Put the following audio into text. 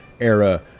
era